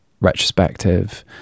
retrospective